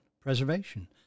preservation